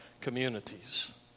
communities